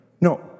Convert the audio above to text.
No